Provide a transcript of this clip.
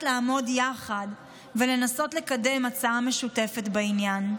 לעמוד יחד ולנסות לקדם הצעה משותפת בעניין.